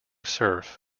surf